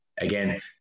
again